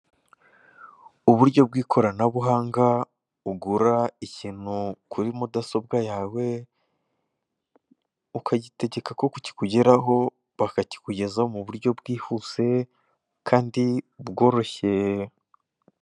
Uburyo bw'ikoranabuhanga, ugura ikintu kuri mudasobwa yawe, ukagitegeka ko kikugeraho, bakakikugezaho mu buryo bwihuse kandi bworoshye.